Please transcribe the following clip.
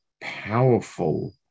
powerful